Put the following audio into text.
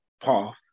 path